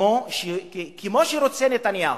כמו שרוצה נתניהו.